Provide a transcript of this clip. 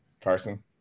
Carson